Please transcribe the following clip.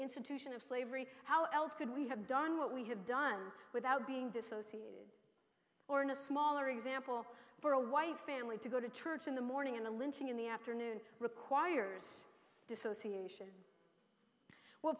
institution of slavery how else could we have done what we have done without being dissociated or in a smaller example for a white family to go to church in the morning and a lynching in the afternoon requires dissociation well